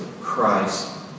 Christ